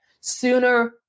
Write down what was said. sooner